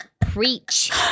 Preach